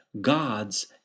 gods